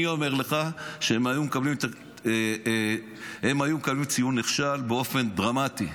אני אומר לך שהם היו מקבלים ציון נכשל באופן דרמטי.